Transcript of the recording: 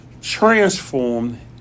transformed